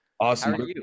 Awesome